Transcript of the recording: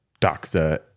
Doxa